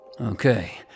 Okay